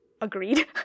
agreed